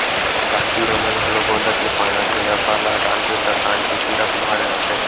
कान पीरा म घलो गोंदा के पाना के रसा ल डालबे त कान के पीरा ह माड़ जाथे